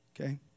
Okay